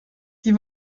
die